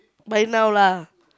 by now lah